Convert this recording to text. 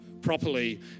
properly